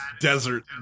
desert